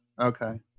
Okay